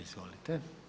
Izvolite.